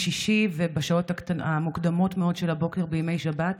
בשישי ובשעות המוקדמות מאוד של הבוקר בימי שבת,